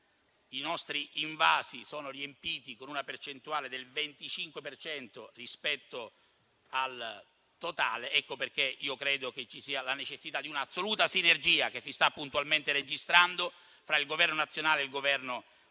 I nostri invasi sono riempiti per una percentuale del 25 per cento rispetto al totale. Ecco perché credo che ci sia la necessità di un'assoluta sinergia che si sta puntualmente registrando fra il Governo nazionale e il Governo regionale.